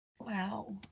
wow